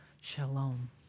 shalom